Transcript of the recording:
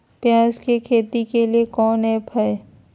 प्याज के खेती के लिए कौन ऐप हाय?